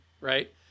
right